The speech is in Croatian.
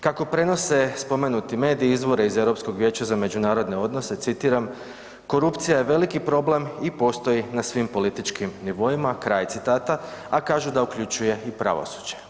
Kako prenose spomenuti mediji izvora iz Europskog vijeća za međunarodne odnose, citiram, korupcija je veliki problem i postoji na svim političkim nivoima, kraj citata, a kažu da uključuje i pravosuđe.